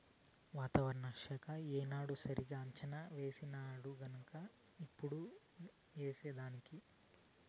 వాతావరణ శాఖ ఏనాడు సరిగా అంచనా వేసినాడుగన్క ఇప్పుడు ఏసేదానికి